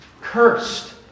Cursed